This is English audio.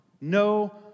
no